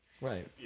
Right